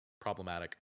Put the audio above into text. problematic